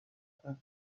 نکنه